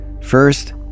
First